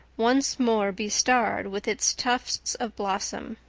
once more bestarred with its tufts of blossom.